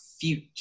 future